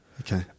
Okay